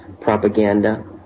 propaganda